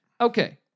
okay